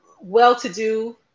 well-to-do